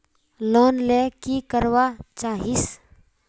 Loan ले की करवा चाहीस?